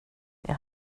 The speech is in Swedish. jag